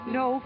no